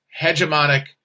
hegemonic